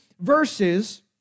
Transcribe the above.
verses